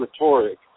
rhetoric